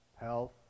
health